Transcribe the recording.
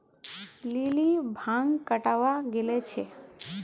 lily भांग कटावा गले छे